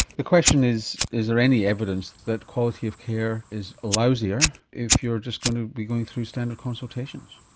the question is, is there any evidence that quality of care is lousier if you're just going to be going through standard consultations?